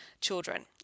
children